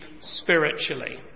spiritually